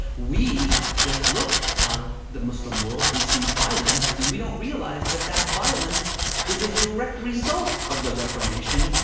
we just look at the muslim world. we see violence, and we don't realize that that violence is a direct result of the reformation,